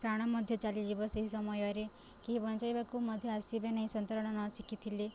ପ୍ରାଣ ମଧ୍ୟ ଚାଲିଯିବ ସେହି ସମୟରେ କେହି ବଞ୍ଚାଇବାକୁ ମଧ୍ୟ ଆସିବେ ନାହିଁ ସନ୍ତରଣ ନ ଶିଖିଥିଲେ